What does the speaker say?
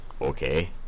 Okay